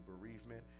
bereavement